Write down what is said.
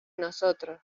nosotros